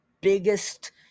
biggest